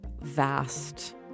vast